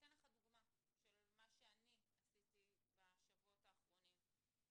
ואתן לכם דוגמה של מה שאני עשיתי בשבועות האחרונים.